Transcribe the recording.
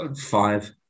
five